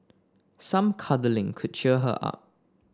some cuddling could cheer her up